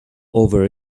over